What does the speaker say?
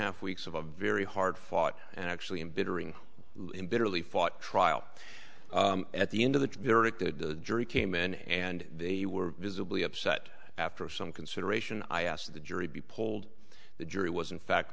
half weeks of a very hard fought and actually embittering bitterly fought trial at the end of the varick the jury came in and they were visibly upset after some consideration i asked the jury be polled the jury was in fact